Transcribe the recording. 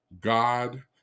god